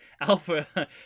Alpha